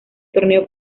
torneo